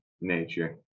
nature